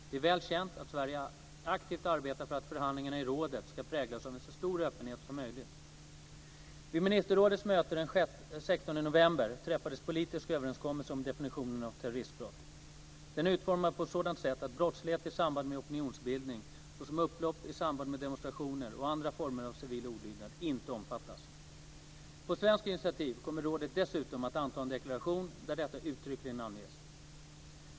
Det är väl känt att Sverige aktivt arbetar för att förhandlingarna i rådet ska präglas av så stor öppenhet som möjligt. Vid ministerrådets möte den 16 november träffades en politisk överenskommelse om definitionen av terroristbrott. Den är utformad på ett sådant sätt att brottslighet i samband med opinionsbildning, såsom upplopp i samband demonstrationer och andra former av civil olydnad, inte omfattas. På svenskt initiativ kommer rådet dessutom att anta en deklaration där detta uttryckligen anges.